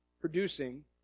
producing